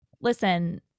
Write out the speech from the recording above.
listen